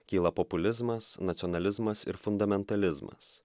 kyla populizmas nacionalizmas ir fundamentalizmas